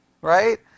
right